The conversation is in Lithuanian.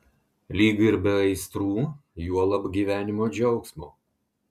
lyg ir be aistrų juolab gyvenimo džiaugsmo